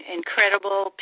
incredible